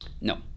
No